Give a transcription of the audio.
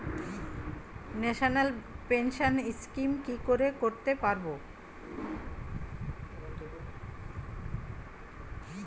National pension scheme কি করে করতে পারব?